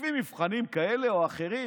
לפני מבחנים כאלה או אחרים.